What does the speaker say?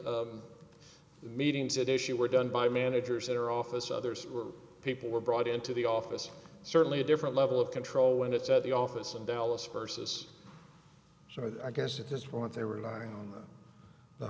e meetings that issue were done by managers at her office others were people were brought into the office certainly a different level of control when it's at the office in dallas versus so i guess at this point they were lying on the